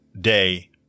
day